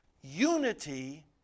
Unity